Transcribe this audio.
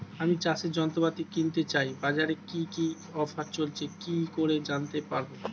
আমি চাষের যন্ত্রপাতি কিনতে চাই বাজারে কি কি অফার চলছে কি করে জানতে পারবো?